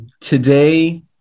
today